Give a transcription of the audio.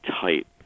tight